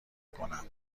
کنم